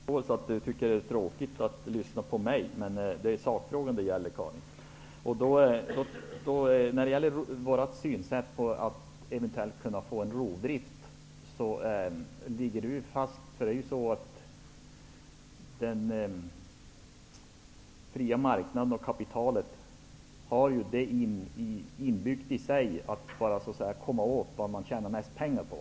Fru talman! Jag får väl stå ut med att Karin Falkmer tycker att det är tråkigt att lyssna på mig. Men det är sakfrågan det gäller, Karin Falkmer. Vår inställning, att det som nu föreslås innebär risker för rovdrift, ligger fast. Den fria marknaden och kapitalet har ju inbyggt i sig att det gäller att komma åt det man tjänar mest pengar på.